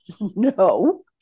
No